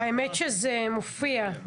האמת שזה מופיע.